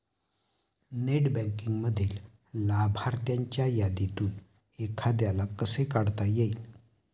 Net बँकिंगमधील लाभार्थ्यांच्या यादीतून एखाद्याला कसे काढता येईल?